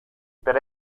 per